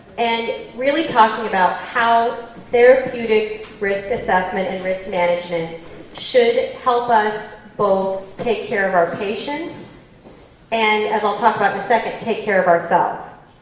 and really talking about how therapeutic risk assessment and risk management should help us both take care of our patients and, as i'll talk about in a second, take care of ourselves.